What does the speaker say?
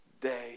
day